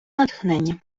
натхнення